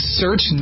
search